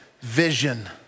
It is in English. vision